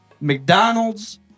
McDonald's